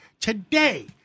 today